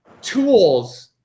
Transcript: tools